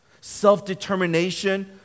self-determination